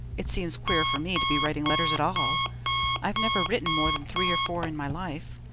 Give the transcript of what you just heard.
it seems queer for me to be writing letters at all i've never written more than three or four in my life,